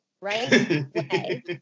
right